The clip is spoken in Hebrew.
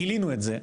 גילינו את זה,